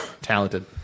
talented